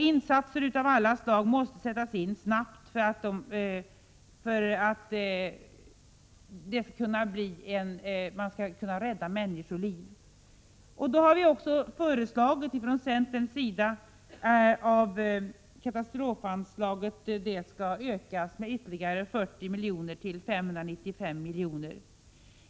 Insatser av olika slag måste sättas in snabbt för att man skall kunna rädda människoliv. Centern har föreslagit att katastrofanslaget skall ökas med ytterligare 40 miljoner till 595 milj.kr.